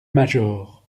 major